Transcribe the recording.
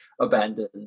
abandoned